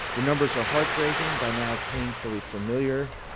the numbers are heartbreaking, by now painfully familiar.